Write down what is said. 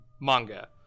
manga